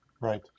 Right